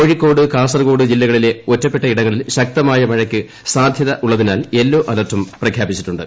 കോഴിക്കോട് കാസർകോട് ജില്ലകളിലെ ഒറ്റപ്പെട്ടയിടങ്ങ ളിൽ ശക്തമായ മഴയ്ക്കു സാധൃതയുള്ളതിനാൽ യെല്ലോ അലർട്ടും പ്രഖ്യാപിച്ചിട്ടുണ്ട്